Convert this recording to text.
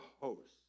hosts